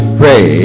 pray